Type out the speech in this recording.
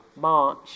March